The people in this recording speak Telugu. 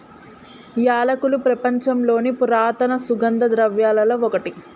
యాలకులు ప్రపంచంలోని పురాతన సుగంధ ద్రవ్యలలో ఒకటి